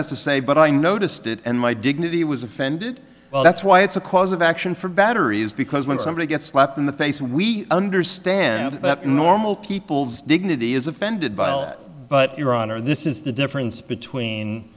has to say but i noticed it and my dignity was offended well that's why it's a cause of action for batteries because when somebody gets slapped in the face we understand that in normal people's dignity is offended by it but your honor this is the difference between